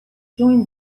join